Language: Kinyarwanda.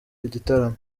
igitaramo